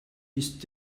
ist